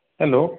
hello